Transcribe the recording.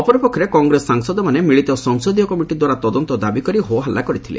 ଅପରପକ୍ଷରେ କଂଗ୍ରେସ ସାଂସଦମାନେ ମିଳିତ ସଂସଦୀୟ କମିଟି ଦ୍ୱାରା ତଦନ୍ତ ଦାବିକରି ହୋ ହଲ୍ଲା କରିଥିଲେ